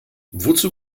wozu